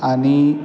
आणि